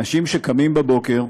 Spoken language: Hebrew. אנשים שקמים בבוקר,